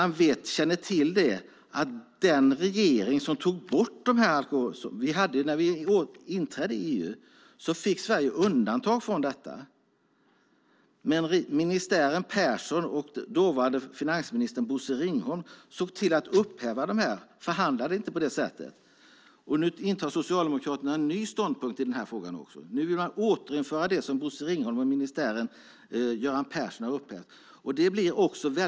När Sverige inträdde i EU fick Sverige undantag från EU:s införselkvoter, men ministären Persson med dåvarande finansminister Bosse Ringholm såg till att upphäva undantaget. Man förhandlade inte på det sättet. Nu intar Socialdemokraterna en ny ståndpunkt i denna fråga. Nu vill man återinföra det som Bosse Ringholm och ministären Persson upphävde. Det blir svårt.